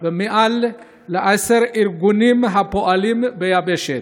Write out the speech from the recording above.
ויותר מעשרה ארגונים הפועלים ביבשת.